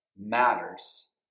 matters